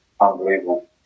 unbelievable